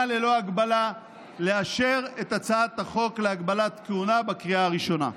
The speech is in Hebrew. ללא הגבלה ולאשר את הצעת החוק להגבלת כהונה בקריאה הראשונה.